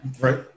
Right